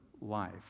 life